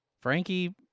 Frankie